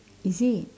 is it